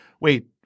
Wait